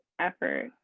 effort